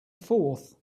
fourth